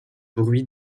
bruit